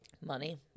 Money